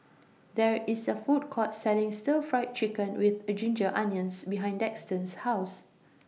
There IS A Food Court Selling Stir Fried Chicken with A Ginger Onions behind Daxton's House